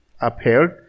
upheld